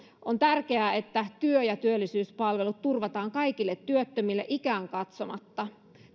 on tärkeää että työ ja työllisyyspalvelut turvataan kaikille työttömille ikään katsomatta